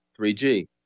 3G